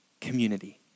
Community